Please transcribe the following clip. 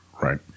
Right